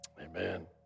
Amen